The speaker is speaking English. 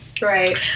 right